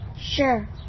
Sure